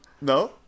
No